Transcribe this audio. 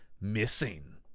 Missing